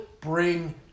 bring